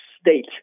state